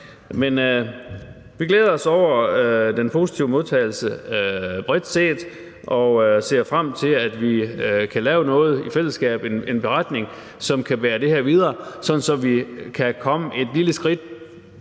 vi glæder os over den positive modtagelse bredt set og ser frem til, at vi kan lave noget i fællesskab, en beretning, som kan bære det her videre – sådan at vi kan komme et lille skridt